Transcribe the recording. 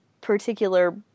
particular